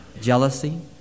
jealousy